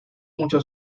mucho